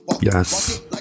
Yes